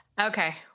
okay